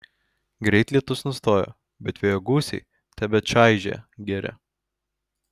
greit lietus nustojo bet vėjo gūsiai tebečaižė girią